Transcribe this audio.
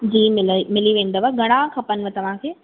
जी मिले मिलीवेंदव घणा खपनिव तवांखे